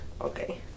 Okay